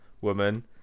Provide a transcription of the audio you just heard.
woman